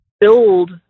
build